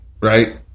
right